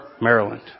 Maryland